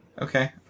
Okay